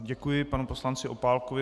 Děkuji panu poslanci Opálkovi.